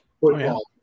football